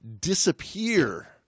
disappear